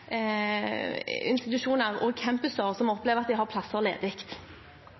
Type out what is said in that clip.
institusjoner og campuser som opplever at de har plasser ledig.